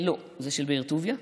לא, זה של באר טוביה.